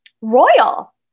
royal